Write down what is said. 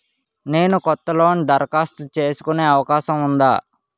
నేను కొత్త లోన్ దరఖాస్తు చేసుకునే అవకాశం ఉందా?